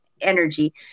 energy